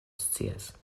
scias